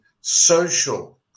social